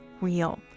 real